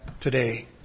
today